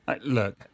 look